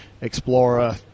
explorer